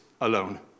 alone